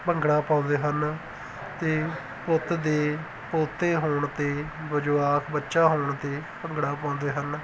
ਭੰਗੜਾ ਪਾਉਂਦੇ ਹਨ ਅਤੇ ਪੁੱਤ ਦੇ ਪੋਤੇ ਹੋਣ 'ਤੇ ਜਵਾਕ ਬੱਚਾ ਹੋਣ 'ਤੇ ਭੰਗੜਾ ਪਾਉਂਦੇ ਹਨ